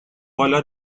بالا